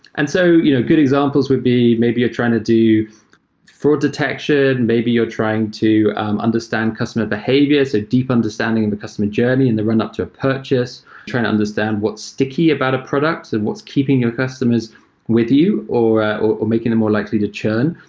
and so you know good examples would be maybe you're trying to do fraud detection. and maybe you're trying to understand customer behaviors, so deep understanding in the customer journey and they run up to a purchase, trying to understand what's sticky about a product and what's keeping your customers with you or making them more likely to churn.